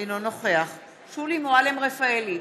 אינו נוכח שולי מועלם-רפאלי,